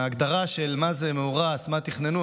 ההגדרה של מה זה מאורס ומה תכננו,